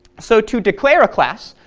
so to declare a class,